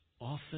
often